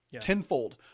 Tenfold